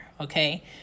Okay